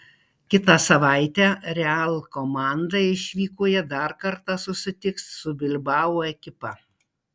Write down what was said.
kitą savaitę real komanda išvykoje dar kartą susitiks su bilbao ekipa